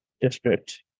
District